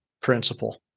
principle